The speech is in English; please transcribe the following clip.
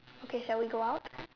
okay shall we go out